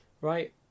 Right